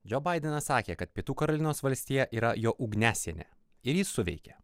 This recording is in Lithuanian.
džo baidenas sakė kad pietų karolinos valstija yra jo ugniasienė ir jis suveikė